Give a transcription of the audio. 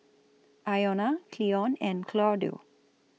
Iona Cleon and Claudio